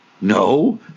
no